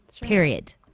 Period